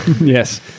Yes